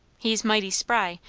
he's mighty spry,